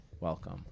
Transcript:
Welcome